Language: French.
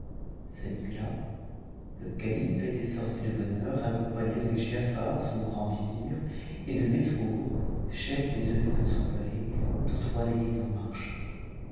cette nuit-là le calife était sorti de bonne heure accompagné de giafar son grand vizir et de mesrour chef des eunuques de son palais tous trois déguisés en marchands